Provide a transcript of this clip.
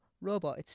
robot